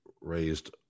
raised